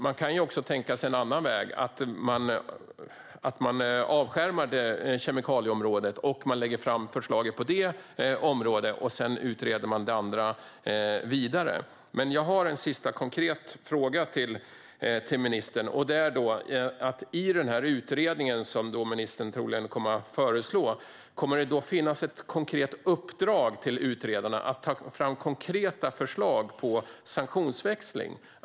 Man kan också tänka sig en annan väg, att man avskärmar kemikalieområdet och lägger fram förslaget för det området och sedan utreder det andra vidare. Jag har en sista konkret fråga till ministern. Kommer det i utredningen som ministern troligen kommer att föreslå att finnas ett faktiskt uppdrag till utredarna om att ta fram konkreta förslag på sanktionsväxling?